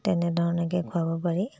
তেনেধৰণে খুৱাব পাৰি